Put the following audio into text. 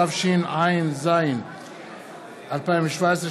התשע"ז 2017,